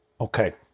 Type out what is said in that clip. Okay